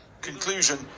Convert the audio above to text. Conclusion